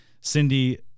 Cindy